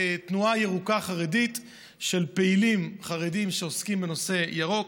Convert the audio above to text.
תנועה ירוקה חרדית של פעילים חרדים שעוסקים בנושא ירוק,